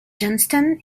johnston